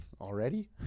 Already